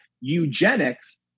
eugenics